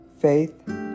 faith